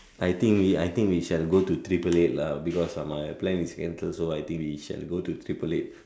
I think we I think we shall go to triple eight lah because my plan is in uh so I think we shall go to triple eight